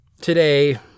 today